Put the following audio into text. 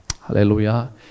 Hallelujah